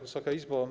Wysoka Izbo!